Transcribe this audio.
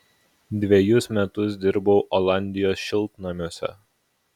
dvejus metus dirbau olandijos šiltnamiuose